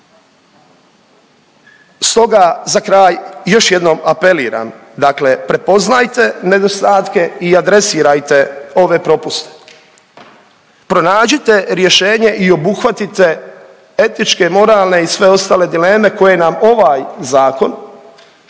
Stoga za kraj, još jednom apeliram, dakle prepoznajte nedostatke i adresirajte ove propuste. Pronađite rješenje i obuhvatite etičke, moralne i sve ostale dileme koje nam ovaj Zakon,